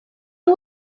who